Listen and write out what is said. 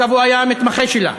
לא תוקפים, אגב, הוא היה מתמחה שלה.